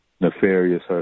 nefarious